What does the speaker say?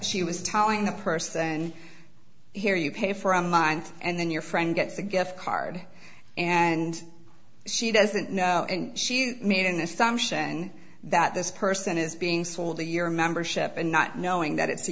she was telling the person here you pay for a mind and then your friend gets a gift card and she doesn't know and she made an assumption that this person is being sold a year membership and not knowing that it's a